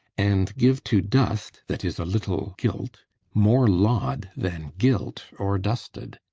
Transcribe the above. and give to dust that is a little gilt more laud than gilt o'er-dusted.